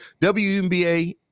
WNBA